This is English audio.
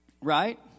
Right